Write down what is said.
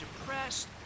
depressed